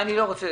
אני לא רוצה.